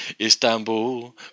Istanbul